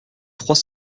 trois